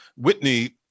Whitney